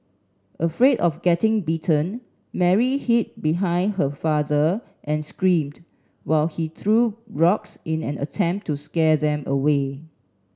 afraid of getting bitten Mary hid behind her father and screamed while he threw rocks in an attempt to scare them away